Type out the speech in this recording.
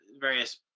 various